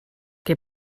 que